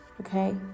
Okay